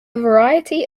variety